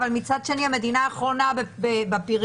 מצד שני המדינה האחרונה בפריון.